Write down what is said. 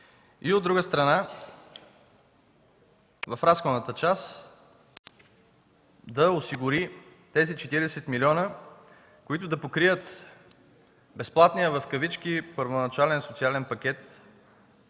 и от друга страна, в разходната част да осигури тези 40 милиона, които да покрият безплатния в кавички първоначален социален пакет,